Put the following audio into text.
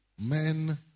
men